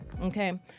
Okay